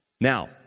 Now